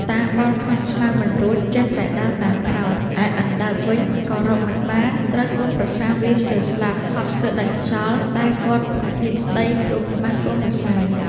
តាបោលក្នុងស្មៅមិនរួច ចេះតែដើរតាមក្រោយ ឯអណ្ដើកវិញក៏រកមិនបាន ត្រូវកូនប្រសាវាយស្ទើរស្លាប់ ហត់ស្ទើរដាច់ខ្យល់ តែគាត់ពុំហ៊ានស្ដីព្រោះខ្មាសកូនប្រសា។